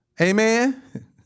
Amen